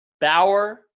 Bauer